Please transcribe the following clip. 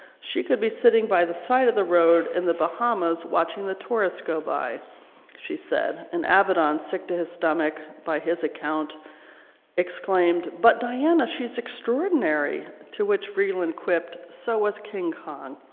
she could be sitting by the side of the road in the bahamas watching the tourists go by she said an avedon sick to his stomach by his account exclaimed but diana she's extraordinary to which vreeland quipped so was king kong.